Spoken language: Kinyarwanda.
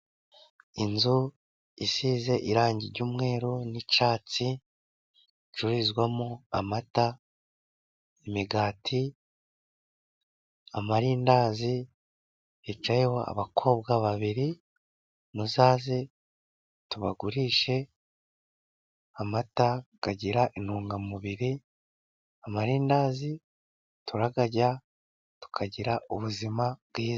Inzu isize irangi ry'umweru n'icyatsi. Icururizwamo amata, imigati, amarindazi. Hicayeho abakobwa babiri muzaze tubagurishe amata agira intungamubiri, amarindazi turayarya tukagira ubuzima bwiza.